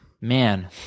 man